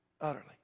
utterly